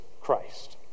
Christ